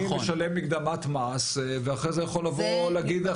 אני משלם מקדמת מס ואחרי זה יכול לבוא להגיד,